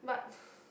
but